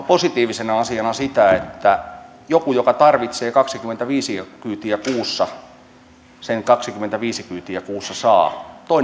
positiivisena asiana sitä että joku joka tarvitsee kaksikymmentäviisi kyytiä kuussa sen kaksikymmentäviisi kyytiä kuussa saa